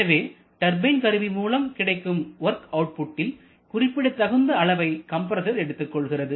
எனவே டர்பைன் கருவி மூலம் கிடைக்கும் வொர்க் அவுட்புட்டில் குறிப்பிடத்தகுந்த அளவை கம்ப்ரசர் எடுத்துக்கொள்கிறது